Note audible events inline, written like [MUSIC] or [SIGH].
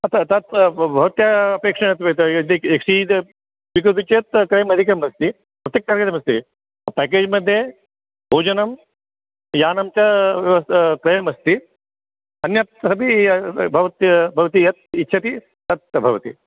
तत् तत् भवत्याः अपेक्षया [UNINTELLIGIBLE] पेकेज् मध्ये भोजनं यानञ्च तत्र त्रयमस्ति अन्यदपि भव भवती यत् इच्छति तत् भवति